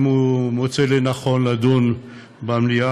אם הוא מוצא לנכון לדון במליאה,